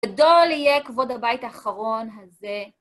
גדול יהיה כבוד הבית האחרון הזה.